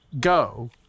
go